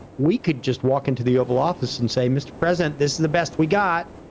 we could just walk into the oval office and say, mr. president, this is the best we got.